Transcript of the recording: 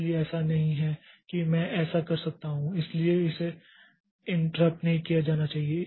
इसलिए ऐसा नहीं है कि मैं ऐसा कर सकता हूं इसलिए इसे इंटररपट नहीं किया जाना चाहिए